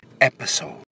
episode